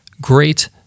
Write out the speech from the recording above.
Great